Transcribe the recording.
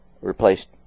replaced